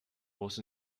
was